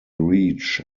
reach